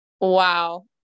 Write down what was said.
wow